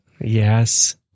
Yes